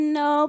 no